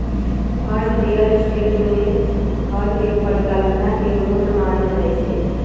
अर्थ real estate में घर के परिकल्पना के मूल मानल जाई छई